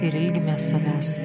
ir ilgimės savęs